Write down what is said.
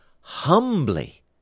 humbly